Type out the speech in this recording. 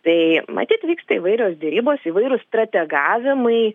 tai matyt vyksta įvairios derybos įvairūs strategavimai